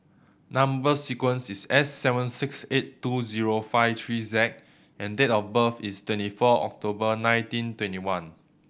number sequence is S seven six eight two zero five three Z and date of birth is twenty four October nineteen twenty one